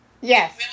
Yes